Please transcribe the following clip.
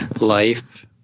life